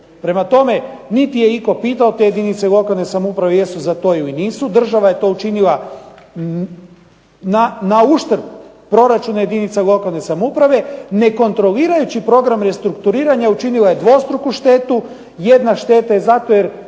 Prema tome, niti je itko pitao te jedinice lokalne samouprave jesu za to ili nisu, država je to učinila na uštrb proračuna jedinica lokalne samouprave, ne kontrolirajući program restrukturiranja učinila je dvostruku štetu, jedna šteta je zato jer